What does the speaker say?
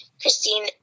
Christine